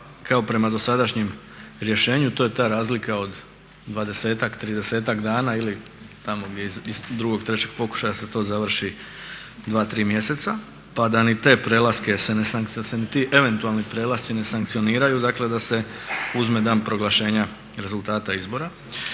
kao prema dosadašnjem rješenju. To je ta razlika od 20-ak, 30-ak dana ili tamo gdje iz drugog, trećeg pokušaja se to završi 2, 3 mjeseca pa da ni ti eventualni prelasci se ne sankcioniraju. Dakle, da se uzme dan proglašenja rezultata izbora.